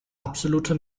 absolute